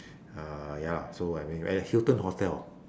uh ya lah so I've been at the hilton hotel